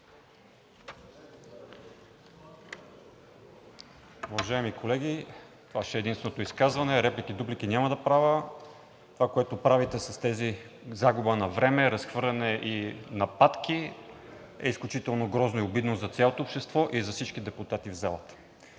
Уважаеми колеги, това ще е единственото изказване – реплики и дуплики няма да правя. Това, което правите, загуба на време, разхвърляне и нападки, е изключително грозно и обидно за цялото общество и за всички депутати в залата.